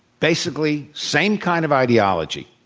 basically same kind of ideology.